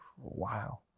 wow